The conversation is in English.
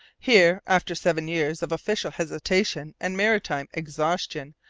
here, after seven years of official hesitation and maritime exhaustion,